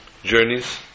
journeys